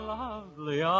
lovely